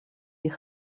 die